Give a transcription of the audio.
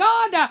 God